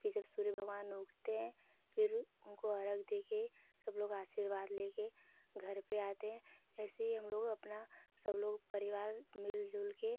फिर जब सूर्य भगवान उगते हैं फिर उनको अर्घ्य देकर सब लोग आशीर्वाद लेकर घर पर आते हैं ऐसे ही हमलोग अपना सब लोग परिवार मिलजुलकर